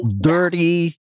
dirty